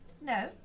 No